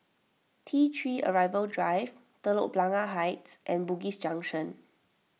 T three Arrival Drive Telok Blangah Heights and Bugis Junction